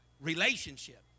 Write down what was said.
relationship